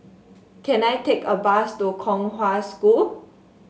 can I take a bus to Kong Hwa School